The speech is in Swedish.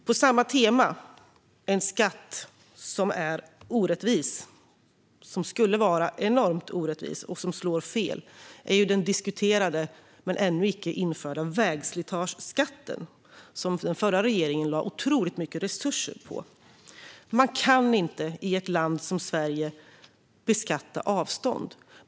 På samma tema finns det en skatt som skulle vara enormt orättvis och slå fel: den diskuterade men ännu icke införda vägslitageskatten, som den förra regeringen lade otroligt mycket resurser på. Man kan inte beskatta avstånd i ett land som Sverige.